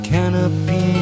Canopy